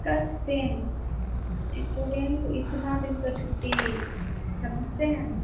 दस दिन इस्टूडेंट को इतना दिन का छुट्टी समस्या है